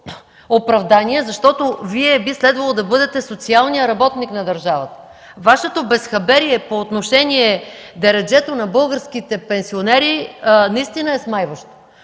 оправдание, защото Вие би следвало да бъдете социалният работник на държавата. Вашето безхаберие по отношение дереджето на българските пенсионери наистина е смайващо.